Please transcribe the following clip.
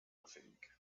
nothing